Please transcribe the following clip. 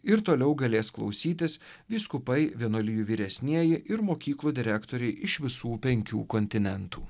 ir toliau galės klausytis vyskupai vienuolijų vyresnieji ir mokyklų direktoriai iš visų penkių kontinentų